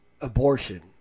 abortion